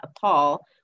Paul